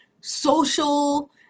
social